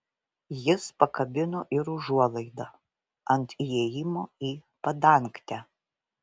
jis pakabino ir užuolaidą ant įėjimo į padangtę